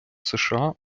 сша